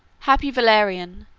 happy valerian,